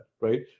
right